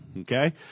Okay